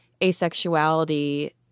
asexuality